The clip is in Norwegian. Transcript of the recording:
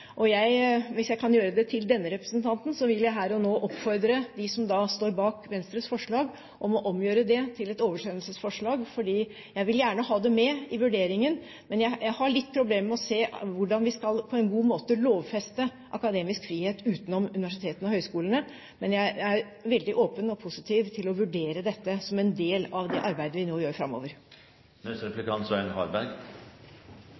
Hvis jeg kan gjøre det overfor denne representanten, vil jeg her og nå oppfordre de som står bak Venstres forslag, om å omgjøre det til et oversendelsesforslag, fordi jeg gjerne vil ha det med i vurderingen. Men jeg har litt problemer med å se hvordan vi på en god måte kan lovfeste akademisk frihet utenom universitetene og høyskolene. Men jeg er veldig åpen og positiv til å vurdere dette som en del av det arbeidet vi nå gjør